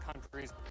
countries